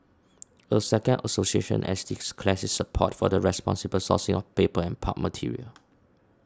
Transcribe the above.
a second association has declared its support for the responsible sourcing of paper and pulp material